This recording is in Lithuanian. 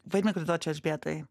vaidmenį kurį duočiau elžbietai